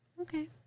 Okay